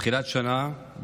תחילת שנה,